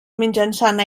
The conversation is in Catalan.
mitjançant